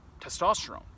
testosterone